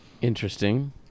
Interesting